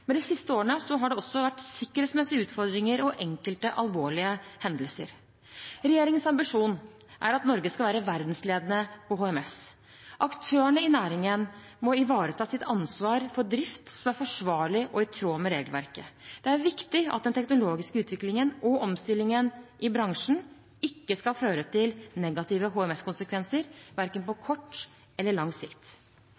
men de siste årene har det også vært sikkerhetsmessige utfordringer og enkelte alvorlige hendelser. Regjeringens ambisjon er at Norge skal være verdensledende på HMS. Aktørene i næringen må ivareta sitt ansvar for drift som er forsvarlig og i tråd med regelverket. Det er viktig at den teknologiske utviklingen og omstillingen i bransjen ikke skal føre til negative HMS-konsekvenser, verken på